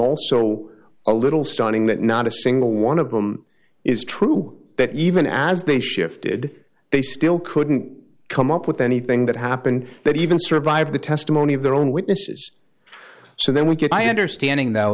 also a little stunning that not a single one of them is true that even as they shifted they still couldn't come up with anything that happened that even survive the testimony of their own witnesses so then we get my understanding though